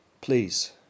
please